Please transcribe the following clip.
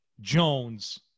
Jones